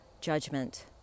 judgment